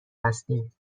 هستیم